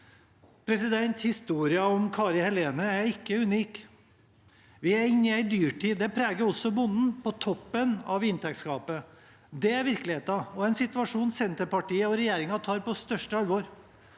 Historien om Kari Helene er ikke unik. Vi er inne i en dyrtid. Det preger også bonden, på toppen av inntektsgapet. Det er virkeligheten og en situasjon Senterpartiet og regjeringen tar på største alvor.